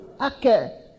Okay